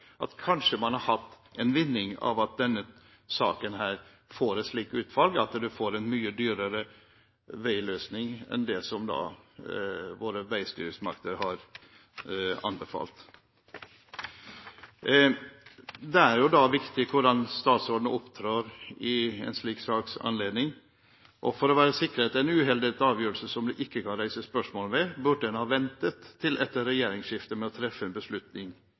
man kanskje har hatt en vinning av at denne saken får et utfall med en mye dyrere veiløsning enn den våre veistyresmakter har anbefalt. Det er viktig hvordan statsråden opptrer i en slik saks anledning, og for å være sikret en uhildet avgjørelse som det ikke kan stilles spørsmål ved, burde en ha ventet til etter regjeringsskiftet med å treffe en beslutning